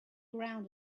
ground